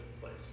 place